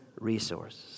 resources